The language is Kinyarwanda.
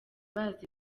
bazi